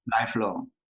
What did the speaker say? lifelong